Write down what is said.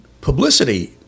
publicity